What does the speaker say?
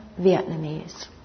Vietnamese